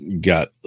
got